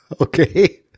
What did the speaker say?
Okay